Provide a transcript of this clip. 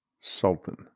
sultan